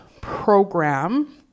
program